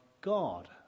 God